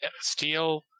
Steel